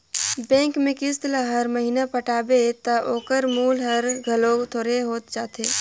bank में किस्त ल हर महिना पटाबे ता ओकर मूल हर घलो थोरहें होत जाथे